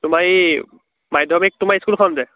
তোমাৰ এই মাধ্যমিক তোমাৰ স্কুলখন যে